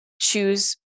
choose